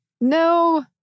No